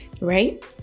right